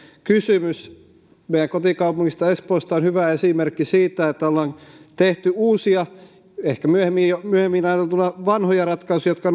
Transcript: kysymys meidän kotikaupungistamme espoosta on hyvä esimerkki siitä että olemme tehneet uusia ratkaisuja ehkä myöhemmin ajateltuna vanhoja jotka